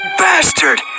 bastard